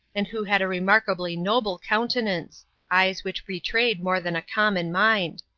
and who had a remarkably noble countenance eyes which betrayed more than a common mind.